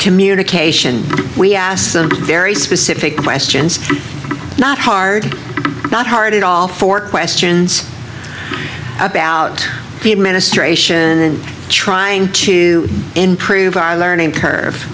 communication we asked a very specific questions not hard not hard at all four questions about people ministration and trying to improve our learning curve